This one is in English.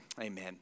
Amen